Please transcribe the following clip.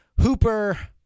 Hooper